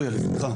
השכונה.